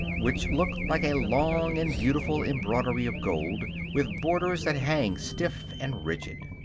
which look like a long and beautiful embroidery of gold, with borders that hang stiff and rigid.